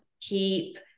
keep